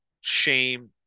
shame